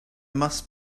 must